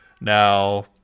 Now